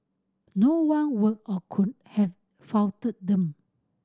no one would or could have faulted them